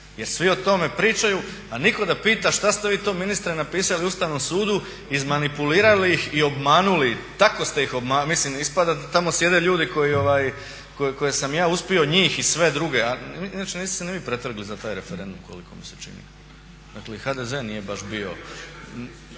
jer svi o tome pričaju, a nitko da pita šta ste vi to ministre napisali Ustavnom sudu, izmanipulirali ih i obmanuli, tako ste ih obmanuli. Ispada da tamo sjede ljudi koje sam ja uspio njih i sve druge, inače niste se ni vi pretrgli za taj referendum koliko mi se čini. Dakle i HDZ nije baš bio…